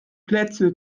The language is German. plätze